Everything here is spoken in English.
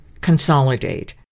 consolidate